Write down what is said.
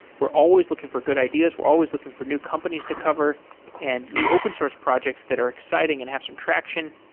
we're always looking for good ideas. we're always looking for new companies to cover and new open source projects that are exciting and have some traction.